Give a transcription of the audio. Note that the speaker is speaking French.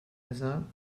bazin